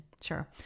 Sure